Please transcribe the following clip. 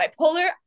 bipolar